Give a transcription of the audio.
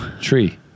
Tree